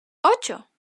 ocho